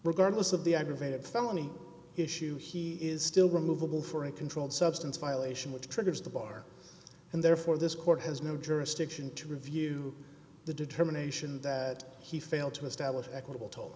regardless of the aggravated felony issue he is still removable for a controlled substance violation which triggers the bar and therefore this court has no jurisdiction to review the determination that he failed to establish equitable to